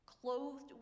clothed